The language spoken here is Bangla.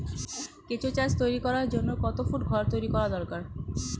কেঁচো সার তৈরি করার জন্য কত ফুট ঘর তৈরি করা দরকার?